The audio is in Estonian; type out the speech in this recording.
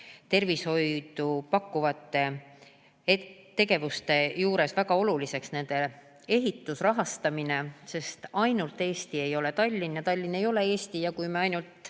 tervishoidu pakkuvate tegevuste juures väga oluline nende ehitusrahastamine, sest ainult Eesti ei ole Tallinn ja Tallinn ei ole Eesti. Kui me ainult